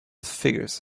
figures